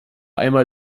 einmal